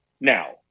now